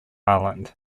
island